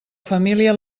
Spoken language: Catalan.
família